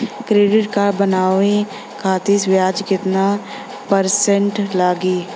Credit card बनवाने खातिर ब्याज कितना परसेंट लगी?